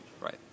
right